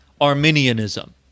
Arminianism